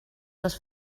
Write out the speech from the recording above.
les